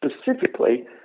specifically